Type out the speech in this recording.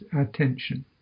attention